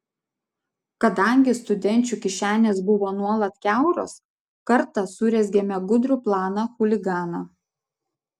kadangi studenčių kišenės buvo nuolat kiauros kartą surezgėme gudrų planą chuliganą